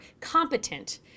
competent